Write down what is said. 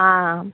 ஆ